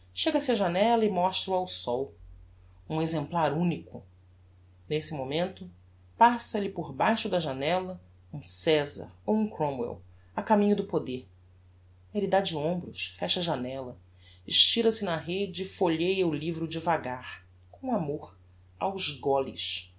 á janella e mostra o ao sol um exemplar unico nesse momento passa-lhe por baixo da janella um cesar ou um cromwell a caminho do poder elle dá de hombros fecha a janella estira se na rede e folhea o livro devagar com amor aos goles